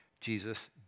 Jesus